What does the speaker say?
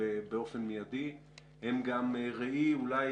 באופן מיידי, אלא הן גם ראי, אולי